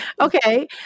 Okay